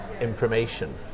information